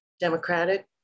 democratic